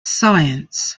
science